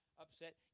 upset